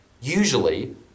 Usually